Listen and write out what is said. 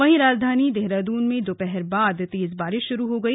वहीं राजधानी देहरादून में दोपहर बाद तेज बारिश शुरू हो गई